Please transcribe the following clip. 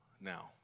now